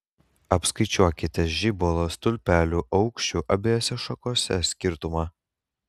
apskaičiuokite žibalo stulpelių aukščių abiejose šakose skirtumą